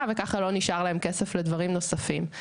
וככה לא נשאר להן כסף לדברים נוספים.